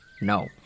No